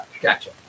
Gotcha